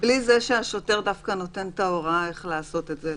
בלי להגיד שדווקא השוטר הוא זה שנותן את ההוראה איך לעשות את זה.